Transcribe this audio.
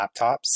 laptops